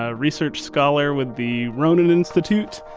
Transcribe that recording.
ah research scholar with the ronin institute,